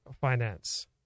finance